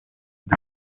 the